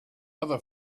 other